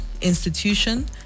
institution